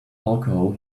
alcohol